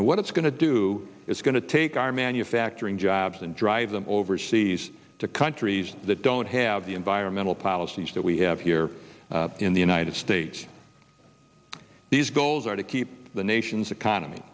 and what it's going to do is going to take our manufacturing jobs and drive them overseas to countries that don't have the environmental policies that we have here in the united states these goals are to keep the nation's economy